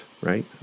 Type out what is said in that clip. right